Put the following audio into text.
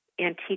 antique